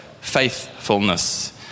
faithfulness